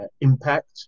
impact